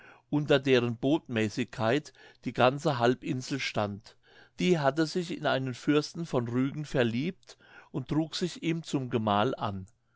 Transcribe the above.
unter deren botmäßigkeit die ganze halbinsel stand die hatte sich in einen fürsten von rügen verliebt und trug sich ihm zum gemahl an